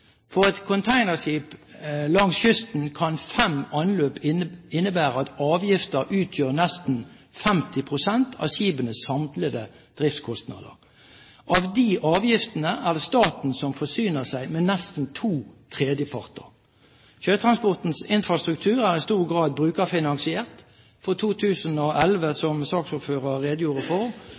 For et containerskip langs kysten kan fem anløp innebære at avgifter utgjør nesten 50 pst. av skipenes samlede driftskostnader. Av de avgiftene er det staten som forsyner seg med nesten to tredjeparter. Sjøtransportens infrastruktur er i stor grad brukerfinansiert. For 2011, som saksordføreren redegjorde for,